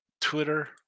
Twitter